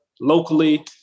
locally